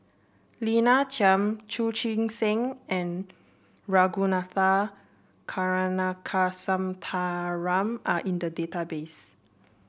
Lina Chiam Chu Chee Seng and Ragunathar Kanagasuntheram are in the database